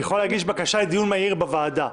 היא יכולה להגיש בקשה לדיון מהיר בוועדה,